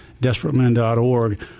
DesperateMen.org